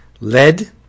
Lead